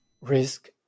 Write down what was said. risk